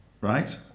right